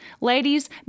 Ladies